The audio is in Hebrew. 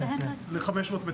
בערך 60 מטרים רבועים ל-500 מטילות.